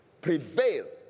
prevail